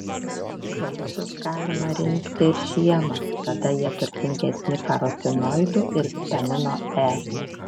vaisius galima rinkti ir žiemą tada jie turtingesni karotinoidų ir vitamino e